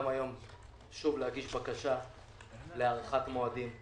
גם היום שוב להגיש בקשה להארכת מועדים.